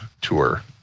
tour